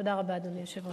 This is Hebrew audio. תודה רבה, אדוני היושב-ראש.